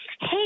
hey